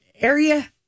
Area